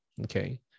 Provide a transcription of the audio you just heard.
okay